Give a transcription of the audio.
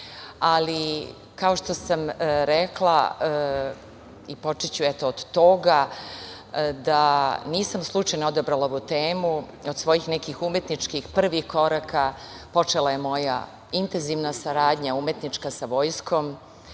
ali kao što sam rekla, i počeću od toga da nisam slučajno odabrala ovu temu. Od svojih nekih umetničkih prvih koraka počela je moja intenzivna saradnja, umetnička, sa vojskom